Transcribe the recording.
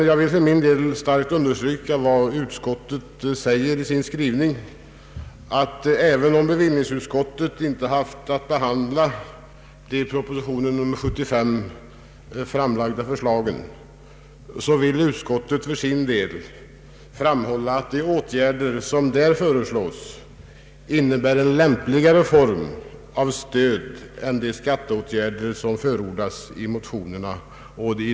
Jag vill starkt understryka vad utskottet säger i sin skrivning, nämligen att även om bevillningsutskottet inte har haft att behandla de i propositionen nr 75 framlagda förslagen vill utskottet för sin del framhålla att de åtgärder som där föreslås innebär en lämpligare form av stöd än de skatteåtgärder som förordas i motionerna.